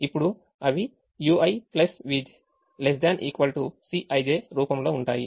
ఇప్పుడు అవి ui vj ≤ Cij రూపంలో ఉంటాయి